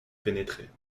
pénétraient